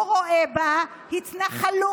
הוא רואה בה התנחלות,